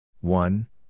One